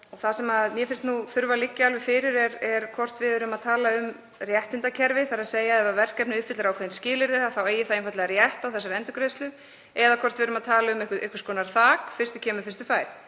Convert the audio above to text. Það sem mér finnst þurfa að liggja alveg fyrir er hvort við erum að tala um réttindakerfi, þ.e. ef verkefnið uppfyllir ákveðin skilyrði þá eigi það einfaldlega rétt á þessari endurgreiðslu, eða hvort við erum að tala um einhvers konar þak, fyrstur kemur, fyrstur fær.